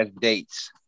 dates